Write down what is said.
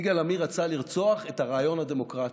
יגאל עמיר רצה לרצוח את הרעיון הדמוקרטי.